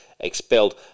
expelled